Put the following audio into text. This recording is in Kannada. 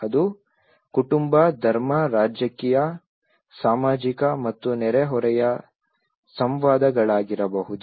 ಅದು ಕುಟುಂಬ ಧರ್ಮ ರಾಜಕೀಯ ಸಾಮಾಜಿಕ ಮತ್ತು ನೆರೆಹೊರೆಯ ಸಂವಾದಗಳಾಗಿರಬಹುದು